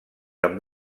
amb